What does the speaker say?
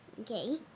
Okay